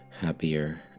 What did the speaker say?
happier